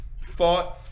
fought